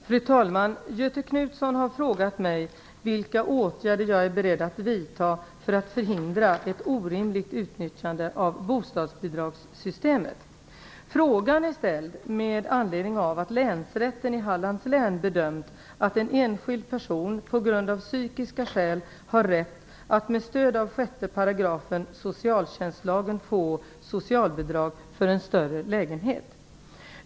Fru talman! Göthe Knutson har frågat mig vilka åtgärder jag är beredd att vidta för att förhindra ett orimligt utnyttjande av bostadsbidragssystemet. Frågan är ställd med anledning av att Länsrätten i Hallands län bedömt att en enskild person av psykiska skäl har rätt att med stöd av 6 § socialtjänstlagen få socialbidrag för en större lägenhet.